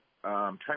trying